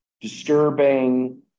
disturbing